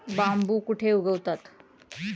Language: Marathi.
बांबू कुठे उगवतात?